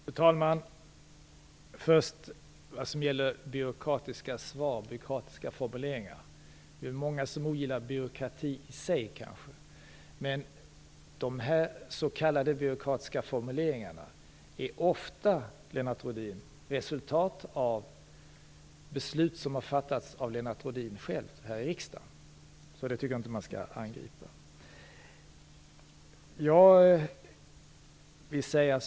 Fru talman! Vad först gäller byråkratiska formuleringar vill jag säga att det är många som ogillar byråkrati i sig men att de här s.k. byråkratiska formuleringarna ofta, Lennart Rohdin, är resultat av beslut som har fattats av Lennart Rohdin själv här i riksdagen. De formuleringarna tycker jag alltså inte att man skall angripa.